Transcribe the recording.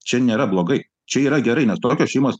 čia nėra blogai čia yra gerai nes tokios šeimos